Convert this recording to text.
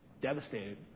devastated